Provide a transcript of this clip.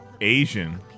Asian